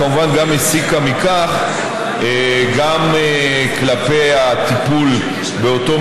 וכמובן הסיקה מכך גם כלפי הטיפול באותו